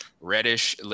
Reddish